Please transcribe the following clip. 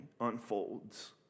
unfolds